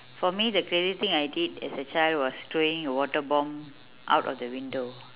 for me the crazy thing I did as a child was throwing a water bomb out of the window